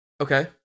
Okay